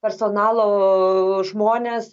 personalo žmones